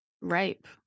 rape